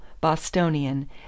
Bostonian